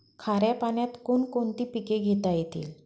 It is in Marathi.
खाऱ्या पाण्यात कोण कोणती पिके घेता येतील?